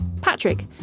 Patrick